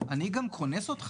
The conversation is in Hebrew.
אותו אחד שנניח כן חסך לפנסיה,